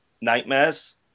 Nightmares